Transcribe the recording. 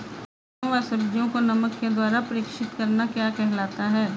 फलों व सब्जियों को नमक के द्वारा परीक्षित करना क्या कहलाता है?